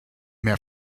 mehr